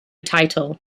title